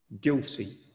guilty